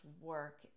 work